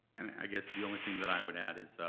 and i guess the only thing that i would add is,